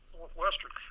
Northwestern